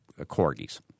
corgis